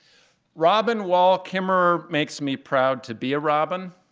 robin wall kimmerer makes me proud to be a robin.